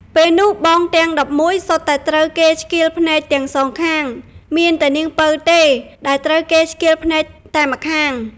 ពេលនោះបងទាំង១១សុទ្ធតែត្រូវគេឆ្កៀលភ្នែកទាំងសងខាង មានតែនាងពៅទេដែលត្រូវគេឆ្កៀលភ្នែកតែម្ខាង។